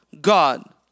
God